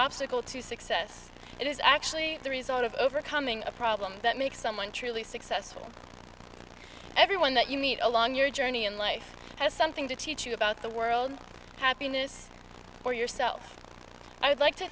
obstacle to success it is actually the result of overcoming a problem that makes someone truly successful everyone that you meet along your journey in life has something to teach you about the world happiness for yourself i